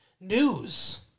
News